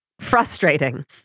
frustrating